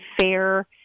Fair